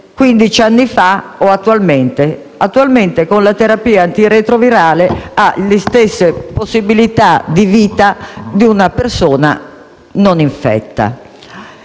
anni fa o attualmente: oggi, con la terapia antiretrovirale ha le stesse possibilità di vita di una persona non infetta).